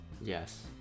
Yes